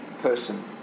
person